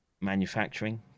manufacturing